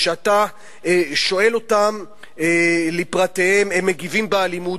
כשאתה שואל אותם לפרטיהם, הם מגיבים באלימות.